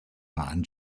man